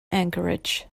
anchorage